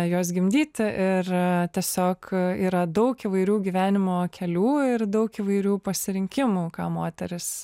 juos gimdyti ir tiesiog yra daug įvairių gyvenimo kelių ir daug įvairių pasirinkimų ką moteris